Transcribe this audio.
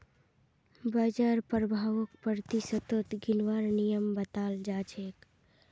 बाजार प्रभाउक प्रतिशतत गिनवार नियम बताल जा छेक